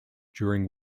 during